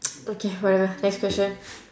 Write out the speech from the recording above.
okay whatever next question